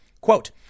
Quote